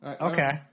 Okay